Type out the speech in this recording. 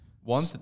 One